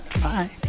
Bye